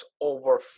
over